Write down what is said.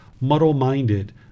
muddle-minded